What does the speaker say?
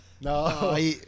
No